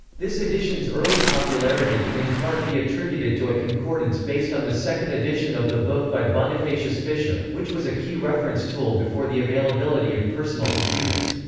this edition's early popularity can in part be attributed to a concordance based on the second edition of the book by bonifatius fischer, which was a key reference tool before the availability of personal computers.